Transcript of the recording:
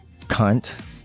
cunt